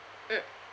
mm